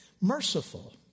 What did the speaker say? Merciful